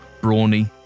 brawny